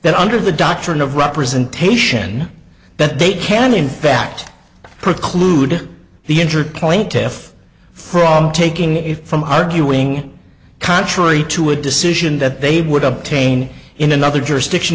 that under the doctrine of representation that they can in fact preclude the injured plaintiff from taking it from arguing contrary to a decision that they would obtain in another jurisdiction